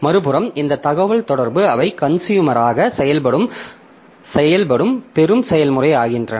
மறுபுறம் இந்த தகவல்தொடர்புகள் அவை கன்சுயூமராக செயல்படும் பெறும் செயல்முறையாகின்றன